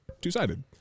two-sided